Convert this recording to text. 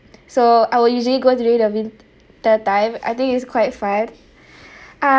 so I will usually go during the winter time I think it's quite fun